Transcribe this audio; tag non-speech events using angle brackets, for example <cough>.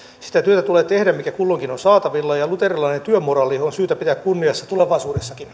sitä työtä tulee tehdä mikä kulloinkin on saatavilla ja luterilainen työmoraali on syytä pitää kunniassa tulevaisuudessakin <unintelligible>